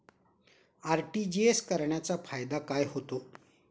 RTGS करण्याचा फायदा काय होतो?